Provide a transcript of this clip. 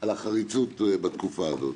על החריצות בתקופה הזאת.